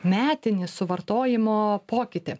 metinį suvartojimo pokytį